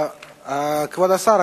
כבוד השר,